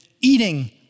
eating